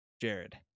Jared